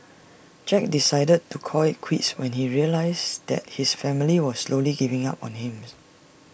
Jack decided to call IT quits when he realised that his family was slowly giving up on Him's